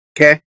Okay